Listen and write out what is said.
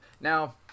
Now